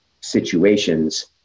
situations